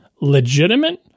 legitimate